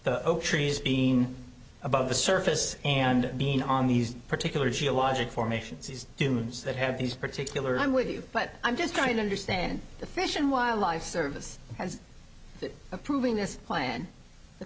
the trees being above the surface and being on these particular geologic formations these dunes that have these particular i'm with you but i'm just trying to understand the fish and wildlife service as approving this plan the